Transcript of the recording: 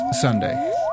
Sunday